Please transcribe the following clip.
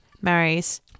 marries